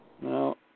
no